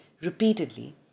repeatedly